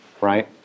right